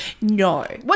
No